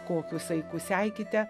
kokiu saiku seikite